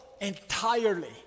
entirely